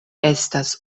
estas